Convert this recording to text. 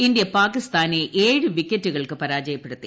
India പാകിസ്ഥാനെ ഏഴു വിക്കറ്റുകൾക്ക് പരാജയപ്പെടുത്തി